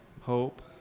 hope